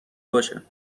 باشه